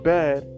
bad